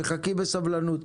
חכי בסבלנות.